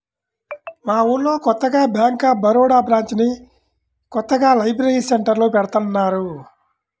మా ఊళ్ళో కొత్తగా బ్యేంక్ ఆఫ్ బరోడా బ్రాంచిని కొత్తగా లైబ్రరీ సెంటర్లో పెడతన్నారు